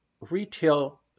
retail